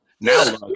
now